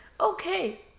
Okay